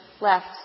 left